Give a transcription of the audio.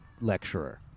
lecturer